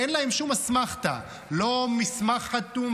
הוא ראה מסמך שפרסמתי,